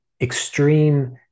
extreme